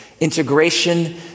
Integration